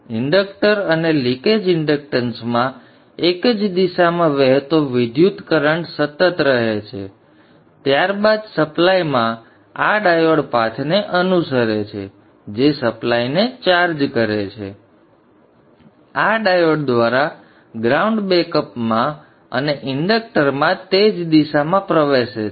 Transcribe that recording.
inductor અને leakage ઇંડક્ટન્સમાં એક જ દિશામાં વહેતો વિદ્યુતકરન્ટ સતત રહે છે ત્યારબાદ સપ્લાયમાં આ ડાયોડ પાથને અનુસરે છે જે સપ્લાયને ચાર્જ કરે છે આ ડાયોડ દ્વારા ગ્રાઉન્ડ બેક અપમાં અને ઇન્ડક્ટરમાં તે જ દિશામાં પ્રવેશે છે